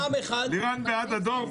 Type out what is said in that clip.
לירן בעד הדואר.